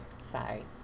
Sorry